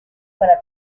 para